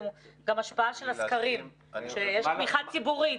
זה גם השפעה של הסקרים שיש תמיכה ציבורית לליכוד.